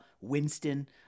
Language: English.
Winston